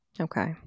Okay